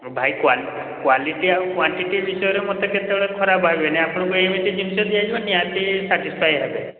ଭାଇ quality quality ଆଉ quantity ବିଷୟରେ ମୋତେ କେତେବେଳେ ଖରାପ ଭାବିବେନି ଆପଣଙ୍କୁ ଏମିତି ଜିନିଷ ଦିଆଯିବ ନିହାତି ସାଟିସ୍ଫାଏ ହେବେ